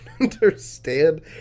understand